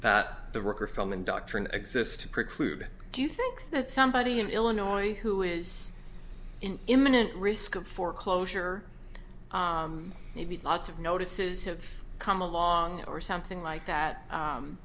that the ricker feldman doctrine exists to preclude do you think that somebody in illinois who is in imminent risk of foreclosure may be lots of notices have come along or something like that